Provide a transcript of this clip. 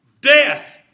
death